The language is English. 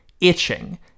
itching